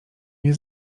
nie